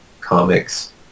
comics